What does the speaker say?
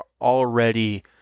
already